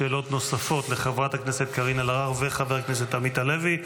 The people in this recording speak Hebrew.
שאלות נוספות לחברת הכנסת קארין אלהרר וחבר הכנסת עמית הלוי.